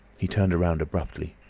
he turned around abruptly.